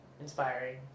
inspiring